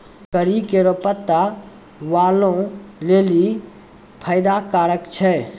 करी केरो पत्ता बालो लेलि फैदा कारक छै